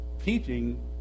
teaching